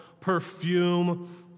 Perfume